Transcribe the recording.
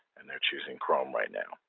and they're choosing chrome right now.